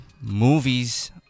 movies